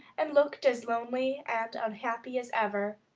and looked as lonely and unhappy as ever.